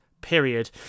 period